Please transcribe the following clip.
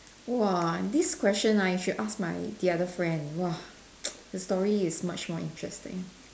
!wah! this question ah you should ask my the other friend !wah! the story is much more interesting